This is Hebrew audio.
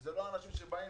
אלה לא אנשים ששובתים.